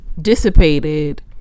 dissipated